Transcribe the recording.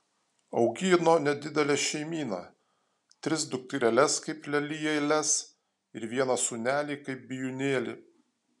augino nedidelę šeimyną tris dukreles kaip lelijėles ir vieną sūnelį kaip bijūnėlį